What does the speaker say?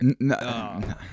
No